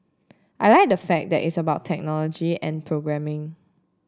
I like the fact that it's about technology and programming